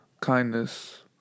Kindness